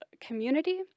community